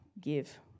give